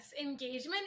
engagement